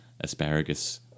asparagus